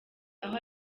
aho